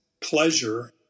pleasure